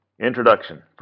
Introduction